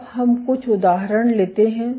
अब हम कुछ उदाहरण लेते हैं